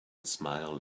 smile